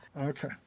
Okay